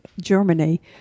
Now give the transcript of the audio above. Germany